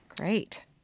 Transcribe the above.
Great